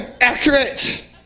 accurate